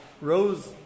rose